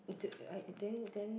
the I then then